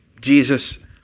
Jesus